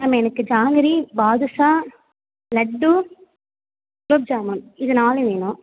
ma'am எனக்கு ஜாங்கிரி பாதுஷா லட்டு க்லோப் ஜாமுன் இது நாலும் வேணும்